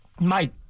Mike